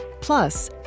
Plus